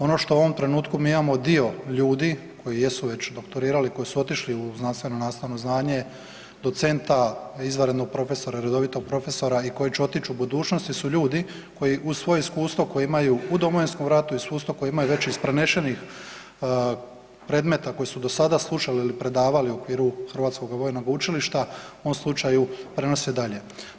Ono što u ovom trenutku mi imamo dio ljudi koji jesu već doktorirali, koji su otišli u znanstveno-nastavno zvanje docenta, izvanrednog profesora, redovitog profesora i koji će otići u budućnosti su ljudi koji uz svoje iskustvo koje imaju u Domovinskom ratu, iskustvo koje imaju već iz prenešenih predmeta koje su do sada slušali ili predavali u okviru Hrvatskog vojnog učilišta u ovom slučaju prenose dalje.